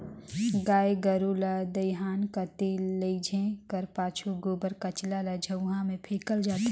गाय गरू ल दईहान कती लेइजे कर पाछू गोबर कचरा ल झउहा मे फेकल जाथे